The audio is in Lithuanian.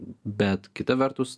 bet kita vertus